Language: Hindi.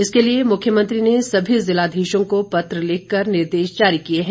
इसके लिए मुख्यमंत्री ने सभी जिलाधीशों को पत्र लिख कर निर्देश जारी किए हैं